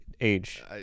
age